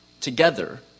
together